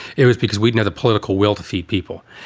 it was because we'd know the political will to feed people.